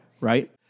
right